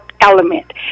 element